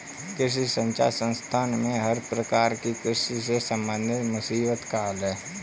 कृषि संचार संस्थान में हर प्रकार की कृषि से संबंधित मुसीबत का हल है